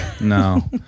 no